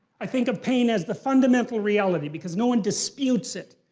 i think of pain as the fundamental reality because no one disputes it,